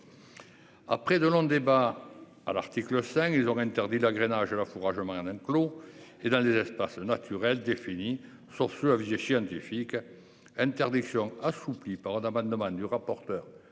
Après de longs débats à l'article 5, ils ont interdit la grenaille l'encouragement jardin clos et dans les espaces naturels défini sur à visée scientifique. Interdiction assoupli par un amendement du rapporteur